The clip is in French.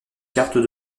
carte